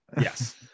Yes